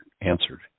answered